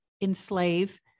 enslave